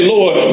Lord